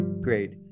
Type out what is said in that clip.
Great